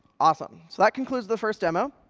awesome. so that concludes the first demo.